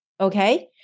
Okay